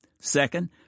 Second